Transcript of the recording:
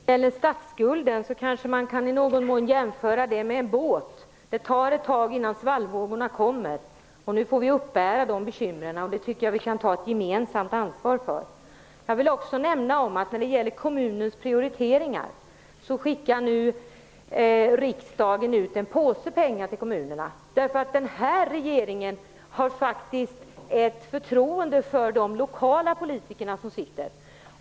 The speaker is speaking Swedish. Herr talman! Man kan kanske i någon mån jämföra statsskulden med en båt. Det tar ett tag innan svallvågorna kommer. Nu får vi bära bekymren, och det tycker jag att vi kan ta ett gemensamt ansvar för. Jag vill också när det gäller kommunens prioriteringer nämna att riksdagen nu skickar ut en påse pengar till kommunerna. Den här regeringen har faktiskt ett förtroende för de lokala politikerna.